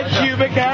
cubic